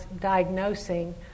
diagnosing